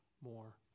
more